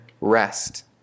rest